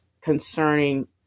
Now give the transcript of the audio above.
concerning